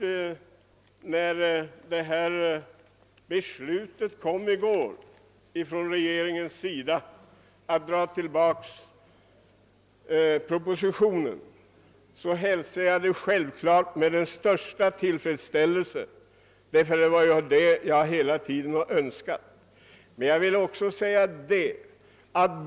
När regeringen i går beslöt att dra tillbaka propositionen hälsade naturligtvis jag det med största tillfredsställelse, eftersom detta var vad jag hela tiden hade önskat.